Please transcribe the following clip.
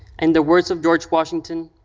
and the words of george washington,